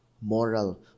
moral